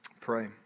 Pray